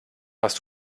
hast